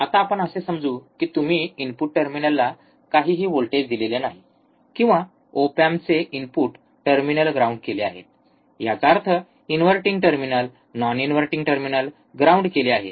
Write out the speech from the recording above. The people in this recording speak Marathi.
आता आपण असे समजू कि तुम्ही इनपुट टर्मिनलला काहीही व्होल्टेज दिलेले नाही किंवा ओप एम्पचे इनपुट टर्मिनल ग्राउंड केले आहेत याचा अर्थ inverting terminal non inverting terminal ground केले आहे